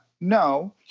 No